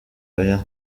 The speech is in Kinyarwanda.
oya